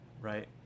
right